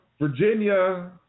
Virginia